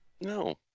No